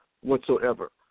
whatsoever